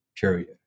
period